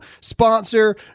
sponsor